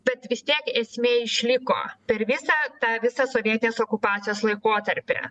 bet vis tiek esmė išliko per visą tą visą sovietinės okupacijos laikotarpį